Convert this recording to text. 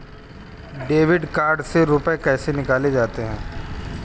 Debit card से रुपये कैसे निकाले जाते हैं?